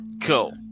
Cool